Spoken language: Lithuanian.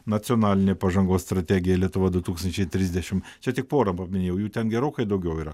nacionalinė pažangos strategija lietuva du tūkstančiai trisdešim čia tik porą paminėjau jų ten gerokai daugiau yra